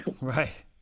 Right